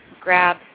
grab